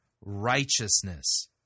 righteousness